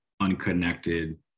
unconnected